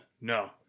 No